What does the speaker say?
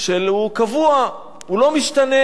שהוא קבוע, הוא לא משתנה.